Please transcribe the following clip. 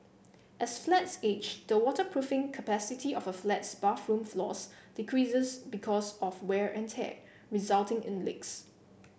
as flats age the waterproofing capacity of a flat's bathroom floors decreases because of wear and tear resulting in leaks